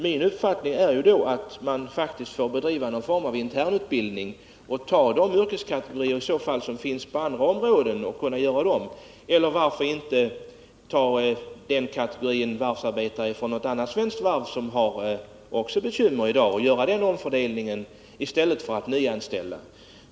Min uppfattning är då att man faktiskt får bedriva någon form av internutbildning bland sådana yrkeskategorier som det finns överskott av på andra områden. Eller varför inte ta den kategorin varvsarbetare från något annat svenskt varv som också har bekymmer i dag — alltså göra en omfördelning — i stället för att nyanställa?